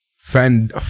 fan